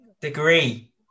degree